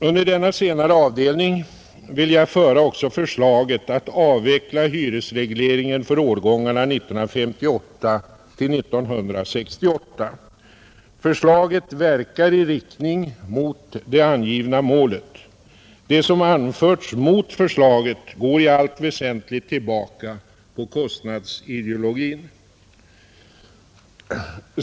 Under denna senare avdelning vill jag föra också förslaget att avveckla hyresregleringen för årgångarna 1958-1968. Förslaget verkar i riktning mot det angivna målet. Det som anförts mot förslaget går i allt väsentligt tillbaka på kostnadsideologin.